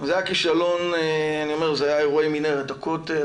זה היה אירועי מנהרת הכותל,